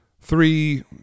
three